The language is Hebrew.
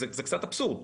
זה קצת אבסורד.